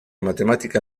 matemática